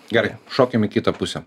gerai šokim į kitą pusę